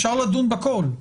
אפשר לדון בכל,